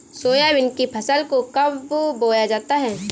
Soybean की फसल को कब बोया जाता है?